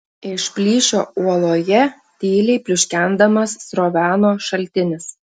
iš plyšio uoloje tyliai pliuškendamas sroveno šaltinis